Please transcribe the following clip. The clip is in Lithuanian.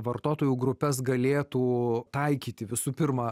vartotojų grupes galėtų taikyti visų pirma